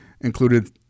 included